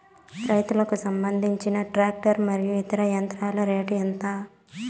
రైతుకు సంబంధించిన టాక్టర్ మరియు ఇతర యంత్రాల రేటు ఎంత?